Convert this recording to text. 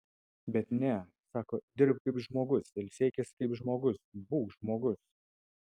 bet ne sako dirbk kaip žmogus ilsėkis kaip žmogus būk žmogus